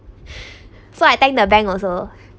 so I thank the bank also